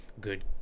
good